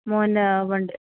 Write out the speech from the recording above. മോൻ വണ്ടി